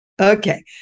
Okay